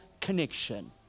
connection